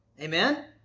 Amen